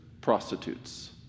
prostitutes